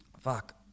fuck